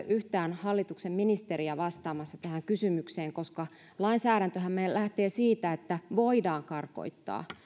yhtään hallituksen ministeriä vastaamassa tähän kysymykseen koska lainsäädäntöhän meillä lähtee siitä että voidaan karkottaa